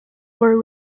were